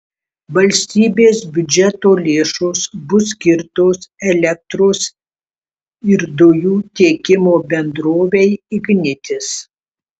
valstybės biudžeto lėšos bus skirtos elektros ir dujų tiekimo bendrovei ignitis